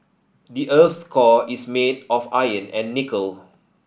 the earth's core is made of iron and nickel